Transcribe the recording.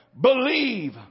believe